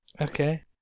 Okay